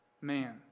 Man